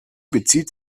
bezieht